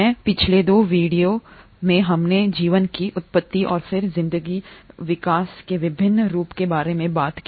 में पिछले 2 वीडियो हमने जीवन की उत्पत्ति और फिर जिंदगी विकास के विभिन्न रूपों के बारे में बात की